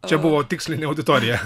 čia buvo tikslinė auditorija